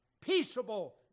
peaceable